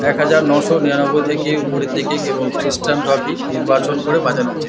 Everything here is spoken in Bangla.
এক হাজার নশো নিরানব্বই থেকে উপরের দিকে কেবল খ্রিস্টান রকই নির্বাচন করে বাজানো উচিত